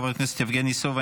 חבר הכנסת יבגני סובה,